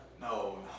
No